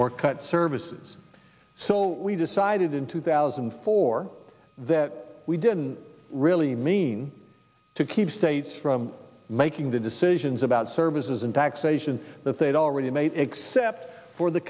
or cut services so we decided in two thousand and four that we didn't really mean to keep states from making the decisions about services and taxation that they'd already made except for the